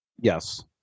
Yes